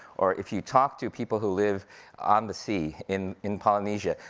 or if you talk to people who live on the sea in in polynesia,